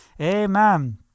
Amen